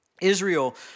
Israel